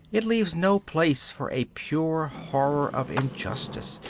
it leaves no place for a pure horror of injustice,